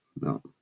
No